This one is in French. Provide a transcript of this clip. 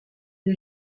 est